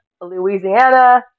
Louisiana